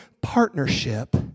partnership